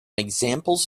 examples